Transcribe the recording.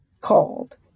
called